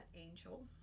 Angel